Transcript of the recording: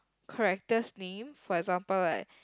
characters name for example like